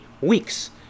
weeks